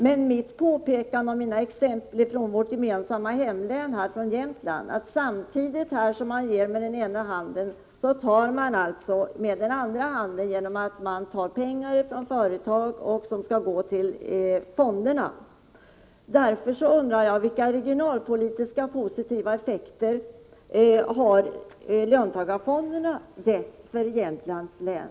Men mitt påpekande och mina exempel från vårt gemensamma hemlän, Jämtlands län, att samtidigt som man ger med den ena handen så tar man med den andra gäller att man tar pengar från företag som skall gå till fonderna. Därför undrar jag: Vilka regionalpolitiskt positiva effekter har löntagarfonderna gett för Jämtlands län?